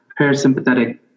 parasympathetic